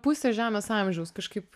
pusė žemės amžiaus kažkaip